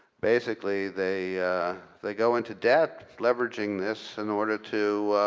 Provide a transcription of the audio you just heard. basically they they go into debt leveraging this in order to